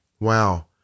Wow